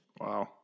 Wow